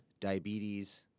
diabetes